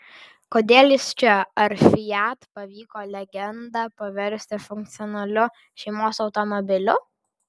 kodėl jis čia ar fiat pavyko legendą paversti funkcionaliu šeimos automobiliu